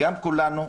גם כולנו,